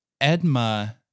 Edma